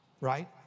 right